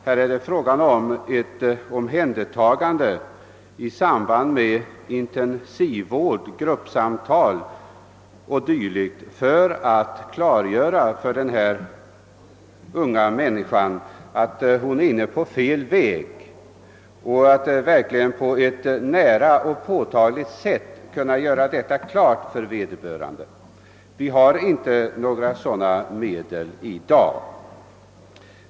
Här är det fråga om ett omhändertagande i samband med intensivvård, gruppsamtal och dylikt för att klargöra för den unga människan att hon är inne på fel väg och att försöka att på ett nära och påtagligt sätt göra detta klart för vederbörande. Vi har inga sådana medel i dag.